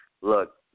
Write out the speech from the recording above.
look